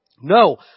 No